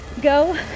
go